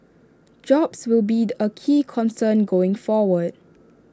jobs will be A key concern going forward